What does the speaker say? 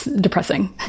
Depressing